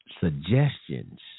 suggestions